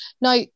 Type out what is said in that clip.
Now